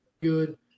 good